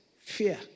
Fear